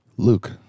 Luke